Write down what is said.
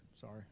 Sorry